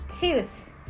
tooth